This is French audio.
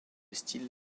style